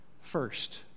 first